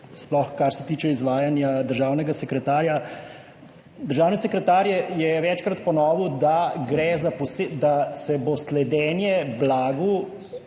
sploh kar se tičeizvajanja državnega sekretarja. Državni sekretar je večkrat ponovil, da se bo sledenje blagu